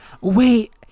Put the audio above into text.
wait